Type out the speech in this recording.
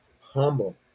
humble